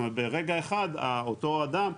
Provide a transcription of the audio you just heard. זאת אומרת ברגע אחד אותו אדם,